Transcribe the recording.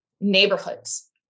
neighborhoods